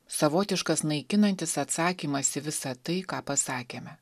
savotiškas naikinantis atsakymas į visą tai ką pasakėme